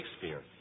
Shakespeare